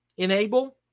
Enable